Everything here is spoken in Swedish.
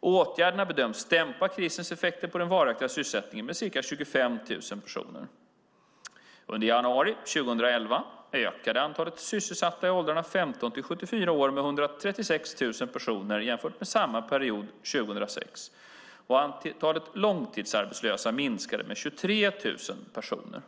Åtgärderna bedöms dämpa krisens effekter på den varaktiga sysselsättningen med ca 25 000 personer. Under januari 2011 ökade antalet sysselsatta i åldrarna 15-74 år med 136 000 personer jämfört med samma period 2010 och antalet långtidsarbetslösa minskade med 23 000 personer.